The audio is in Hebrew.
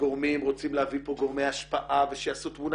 שגורמים רוצים להביא לפה גורמי השפעה ושיעשו תמונה